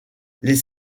les